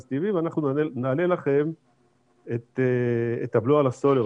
טבעי ואנחנו נעלה את הבלו על הסולר,